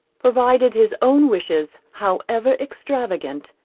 provided his own wishes, however extravagant,